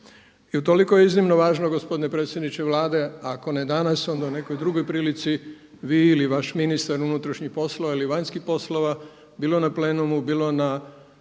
I utoliko je iznimno važno gospodine predsjedniče Vlade, ako ne danas onda u nekoj drugoj prilici, vi ili vaš ministar unutarnjih poslova ili vanjskih poslova, bilo na plenumu, bilo na